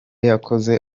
yakoze